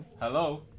Hello